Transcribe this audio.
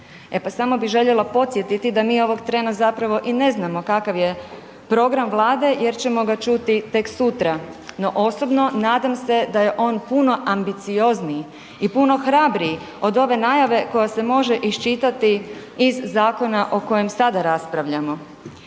E pa samo bi željela podsjetiti da mi ovog trena zapravo i ne znamo kakav je program vlade jer ćemo ga čuti tek sutra. No osobno nadam se da je on puno ambiciozniji i puno hrabriji od ove najave koja se može iščitati iz zakona o kojem sada raspravljamo.